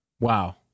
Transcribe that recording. Wow